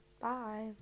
bye